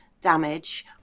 damage